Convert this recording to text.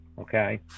okay